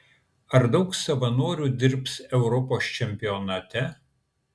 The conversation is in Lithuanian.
ar daug savanorių dirbs europos čempionate